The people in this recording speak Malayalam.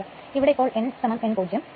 അപ്പോൾ ഇവിടെ nn 0